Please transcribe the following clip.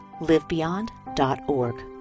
livebeyond.org